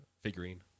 figurine